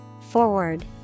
Forward